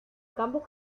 campos